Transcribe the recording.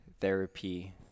therapy